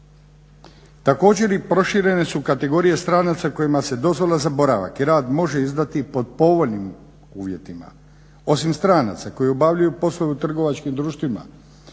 Također i proširene su kategorije stranaca kojima se dozvola za boravak i rad može izdati pod povoljnim uvjetima. Osim stranaca koji obavljaju poslove u trgovačkim društvima,